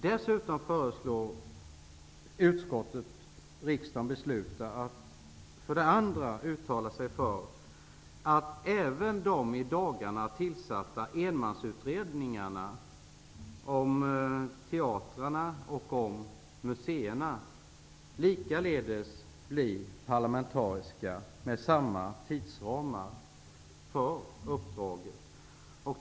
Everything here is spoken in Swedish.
Dessutom föreslår utskottet riksdagen att för det andra uttala sig för att även de i dagarna tillsatta enmansutredningarna om teatrarna och om museerna likaledes blir parlamentariska med samma tidsramar för uppdraget.